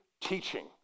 teaching